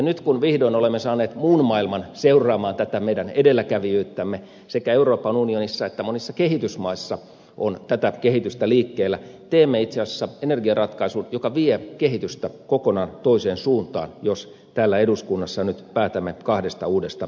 nyt kun vihdoin olemme saaneet muun maailman seuraamaan tätä meidän edelläkävijyyttämme sekä euroopan unionissa että monissa kehitysmaissa on tätä kehitystä liikkeellä teemme itse asiassa energiaratkaisun joka vie kehitystä kokonaan toiseen suuntaan jos täällä eduskunnassa nyt päätämme kahdesta uudesta ydinvoimalasta